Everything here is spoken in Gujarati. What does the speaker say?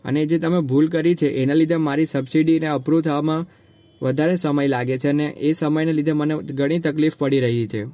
અને જે તમે ભૂલ કરી છે એના લીધે મારી સબસિડીને અપ્રૂવ થવામાં વધારે સમય લાગે છે અને એ સમયને લીધે મને ઘણી તકલીફ પડી રહી છે